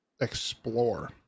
explore